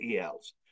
ELs